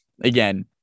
again